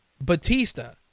Batista